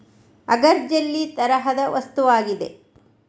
agar jelly ತರಹದ ವಸ್ತುವಾಗಿದೆ